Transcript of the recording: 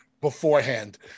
beforehand